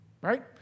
Right